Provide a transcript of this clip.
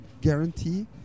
guarantee